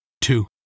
two